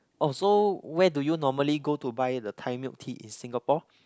oh so where do you normally go to buy the Thai milk tea in Singapore